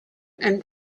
and